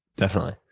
definitely.